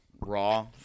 raw